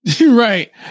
right